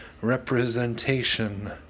representation